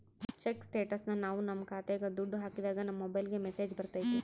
check ಸ್ಟೇಟಸ್ನ ನಾವ್ ನಮ್ ಖಾತೆಗೆ ದುಡ್ಡು ಹಾಕಿದಾಗ ನಮ್ ಮೊಬೈಲ್ಗೆ ಮೆಸ್ಸೇಜ್ ಬರ್ತೈತಿ